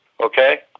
okay